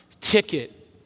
ticket